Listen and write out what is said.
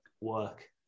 work